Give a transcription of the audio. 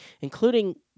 including